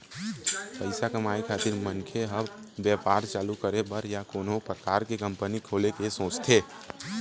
पइसा कमाए खातिर मनखे ह बेपार चालू करे बर या कोनो परकार के कंपनी खोले के सोचथे